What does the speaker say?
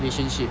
relationships